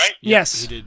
Yes